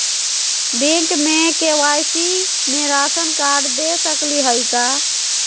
Bank में KYC में ration card दे सकली हई का?